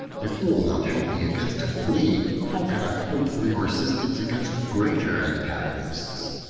if you will not help me against a flea, how can i hope for your assistance against greater antagonists?